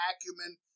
acumen